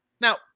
now